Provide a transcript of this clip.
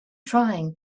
trying